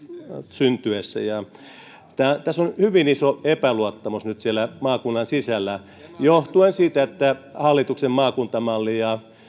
syntyessä tässä on hyvin iso epäluottamus nyt siellä maakunnan sisällä johtuen siitä että hallituksen maakuntamalli ja